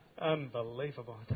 Unbelievable